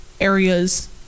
areas